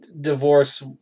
Divorce